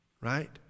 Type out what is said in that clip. right